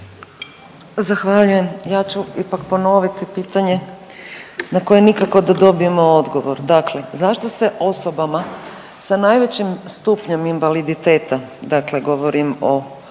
Zahvaljujem. Ja ću ipak ponoviti pitanje na koje nikako da dobijemo odgovor. Dakle, zašto se osobama sa najvećim stupnjem invaliditeta, dakle govorim o